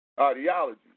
ideology